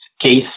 case